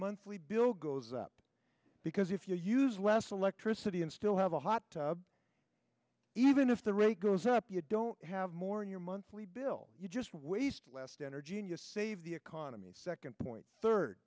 monthly bill goes up because if you use less electricity and still have a hot tub even if the rate goes up you don't have more in your monthly bill you just waste less than or genius save the economy second point third